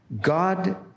God